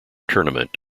tournament